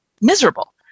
miserable